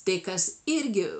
tai kas irgi